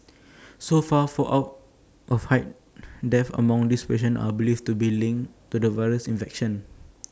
so far four out of eight deaths among these patients are believed to be linked to the virus infection